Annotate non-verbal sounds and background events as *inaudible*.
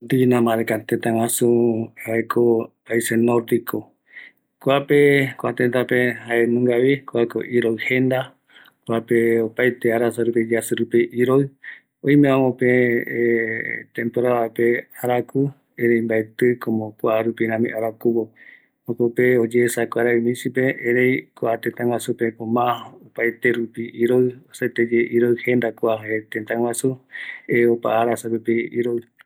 Dinamarca jaeko tëtä guasu paises Nordico, kuape kua tëtäpe, jaenungavi kuako iroɨ jendavi, kuape opaete arasa rupi, yaji rupi iroï, oime amope, *hesitation* temporadape araku erei mbaetï kuarupe rami arakuvo, jokope oyeesa kuaraï misipe, erei kua tëtä guajupeko mas opaete rupi iroï, oajaeteye iroï jenda jae kua tëtä guaju iroï jenda kua.